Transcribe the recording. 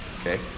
okay